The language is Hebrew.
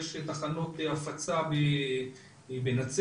יש תעשייה שלמה דרך אגב סביב כל הנושא